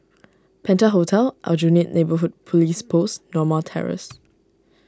Penta Hotel Aljunied Neighbourhood Police Post Norma Terrace